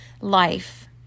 life